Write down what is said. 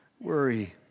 worry